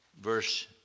verse